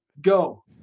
Go